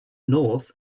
north